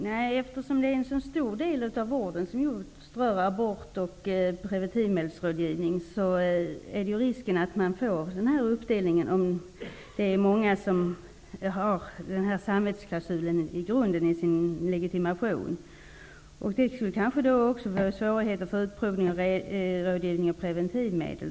Herr talman! Eftersom det är en så stor del av vården som rör just aborter och preventivmedelsrådgivning finns risken att vi får den här uppdelningen om det är många som har samvetsklausulen i sin legitimation. Det skulle kanske även uppstå svårigheter när det gäller utprovning av och rådgivning om preventivmedel.